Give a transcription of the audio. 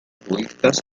budistas